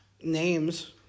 names